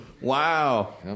Wow